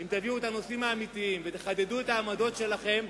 אם תביאו את הנושאים האמיתיים ותחדדו את העמדות שלכם,